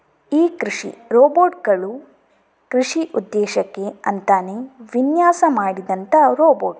ಈ ಕೃಷಿ ರೋಬೋಟ್ ಗಳು ಕೃಷಿ ಉದ್ದೇಶಕ್ಕೆ ಅಂತಾನೇ ವಿನ್ಯಾಸ ಮಾಡಿದಂತ ರೋಬೋಟ್